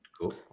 Cool